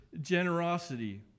generosity